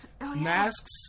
Masks